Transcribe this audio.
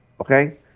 okay